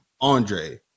Andre